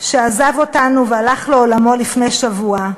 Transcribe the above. שעזב אותנו והלך לעולמו לפני שבוע.